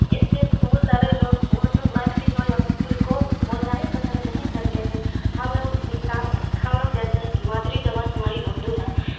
اس لیے تو بہت سارے لوگ اردو میتھلی ہو یا بھوجپوری کو بولنا ہی پسند نہیں کرتے ہیں ہم لوگ انسان ہم لوگ جیسے ہے کہ مادری زبان ہماری اردو ہے